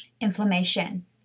Inflammation